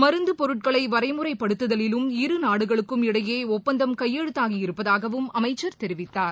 மருந்து பொருட்கள் வரன்முறை படுத்துதலிலும் இருநாடுகளுக்கும் இடையே ஒப்பந்தம் கையெழுத்தாகி இருப்பதாகவும் அமைச்சர் தெரிவித்தார்